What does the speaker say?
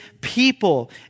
people